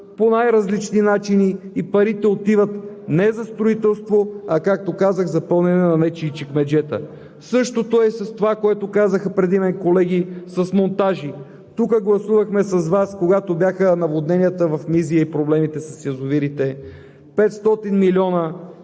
по най-различни начини и парите отиват не за строителство, а както казах – за пълнене на нечии чекмеджета. Същото е и с това, което казаха преди мен колеги, с „Монтажи“. Когато бяха наводненията в Мизия и проблемите с язовирите, тук